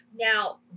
Now